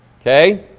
Okay